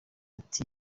ati